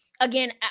again